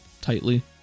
tightly